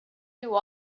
knew